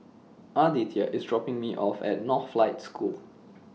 Aditya IS dropping Me off At Northlight School